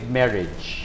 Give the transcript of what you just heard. marriage